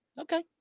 Okay